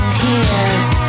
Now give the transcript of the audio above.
tears